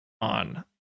on